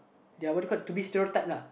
their what you call to be stereotype lah